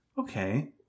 Okay